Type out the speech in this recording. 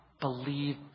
believe